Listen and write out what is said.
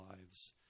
lives